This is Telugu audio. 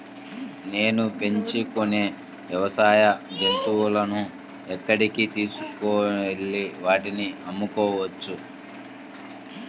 నేను పెంచుకొనే వ్యవసాయ జంతువులను ఎక్కడికి తీసుకొనివెళ్ళి వాటిని అమ్మవచ్చు?